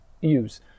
use